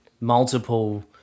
multiple